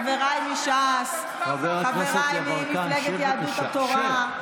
אני רוצה להגיד לך משהו,